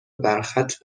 برخط